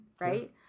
right